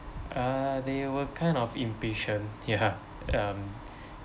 uh they were kind of impatient ya um